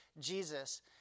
Jesus